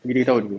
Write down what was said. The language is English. tiga tahun